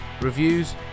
reviews